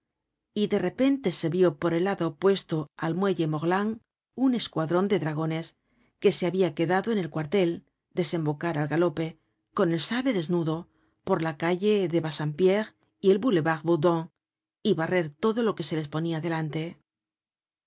y de repente se vió por el lado opuesto al muelle morland un escuadron de dragones que se habia quedado en el cuartel desembocar al galope con el sable desnudo por la calle bassampierre y el boulevard bourdon y barrer todo lo que se les ponia delante